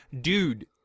Dude